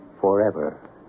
forever